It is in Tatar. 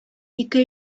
ике